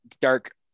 dark